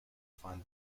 fine